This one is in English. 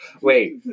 Wait